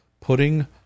putting